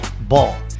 Ball